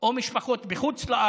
בחו"ל או ממשפחות בחוץ לארץ